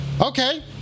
Okay